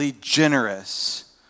generous